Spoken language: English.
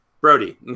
brody